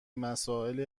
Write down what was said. مسائل